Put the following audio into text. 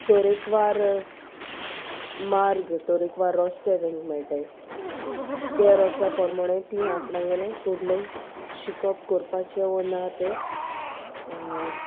तरेकवार मार्ग तरेकवार रस्ते तांकां मेळटा ते रस्त्या परमाणें तीं आपणागेलें फुडलें शिकप कोपाचें ना तें